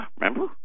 remember